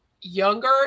younger